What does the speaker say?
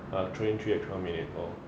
ah three one three extra minute lor